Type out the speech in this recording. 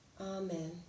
amen